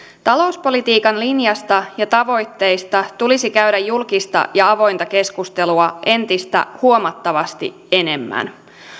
talouspolitiikan linjasta ja tavoitteista tulisi käydä julkista ja avointa keskustelua entistä huomattavasti enemmän